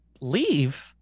leave